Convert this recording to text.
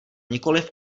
nikoliv